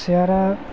सियारा